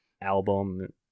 album